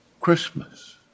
Christmas